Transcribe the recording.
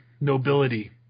nobility